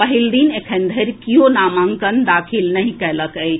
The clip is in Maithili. पहिल दिन एखन धरि किओ नामांकन दाखिल नहि कयलक अछि